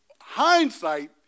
Hindsight